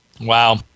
Wow